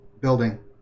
building